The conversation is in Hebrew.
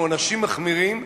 עם עונשים מחמירים,